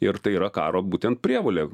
ir tai yra karo būtent prievolė